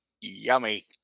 yummy